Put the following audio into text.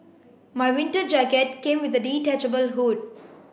my winter jacket came with the detachable hood